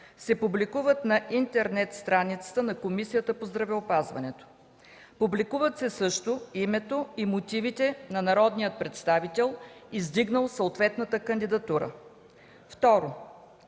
се публикуват на интернет страницата на Комисията по здравеопазването. Публикуват се също името и мотивите на народния представител, издигнал съответната кандидатура. 2.